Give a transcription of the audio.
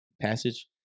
passage